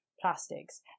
plastics